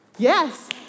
Yes